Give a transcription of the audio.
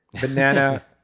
banana